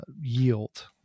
yield